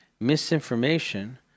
misinformation